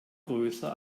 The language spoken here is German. größer